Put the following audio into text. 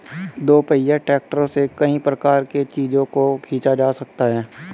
दोपहिया ट्रैक्टरों से कई प्रकार के चीजों को खींचा जा सकता है